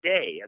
Day